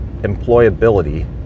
employability